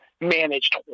Managed